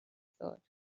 thought